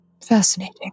Fascinating